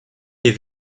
des